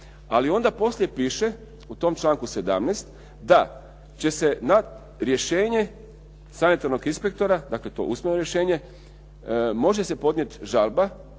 Ali onda poslije piše, u tom članku 17. da će se rješenje sanitarnog inspektora, dakle to usmeno rješenje, može se podnijeti žalba,